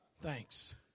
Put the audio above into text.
Thanks